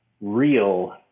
real